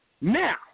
Now